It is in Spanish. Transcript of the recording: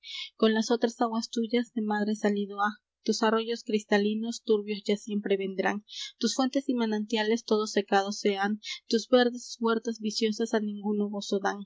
con las otras aguas tuyas de madre salido ha tus arroyos cristalinos turbios ya siempre vendrán tus fuentes y manantiales todos secados se han tus verdes huertas viciosas á ninguno